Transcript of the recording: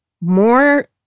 More